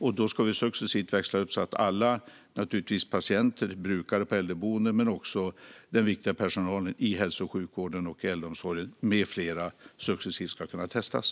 Vi ska successivt växla upp så att alla - naturligtvis patienter och brukare på äldreboenden men också den viktiga personalen i hälso och sjukvården och äldreomsorgen med flera - ska kunna testas.